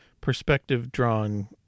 perspective-drawn